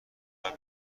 حالا